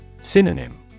Synonym